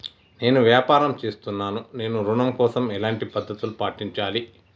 నేను వ్యాపారం చేస్తున్నాను నేను ఋణం కోసం ఎలాంటి పద్దతులు పాటించాలి?